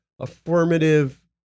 affirmative